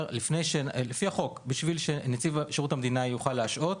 לפי החוק, בשביל שנציב שירות המדינה יוכל להשעות,